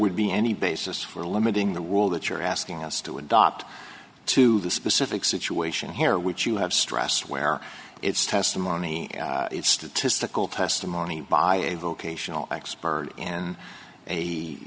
would be any basis for limiting the rule that you're asking us to adopt to the specific situation here which you have stressed where it's testimony if statistical testimony by a vocational expert